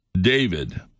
David